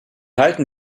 halten